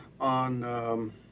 on